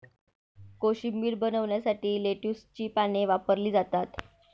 कोशिंबीर बनवण्यासाठी लेट्युसची पाने वापरली जातात